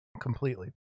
completely